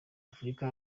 afurika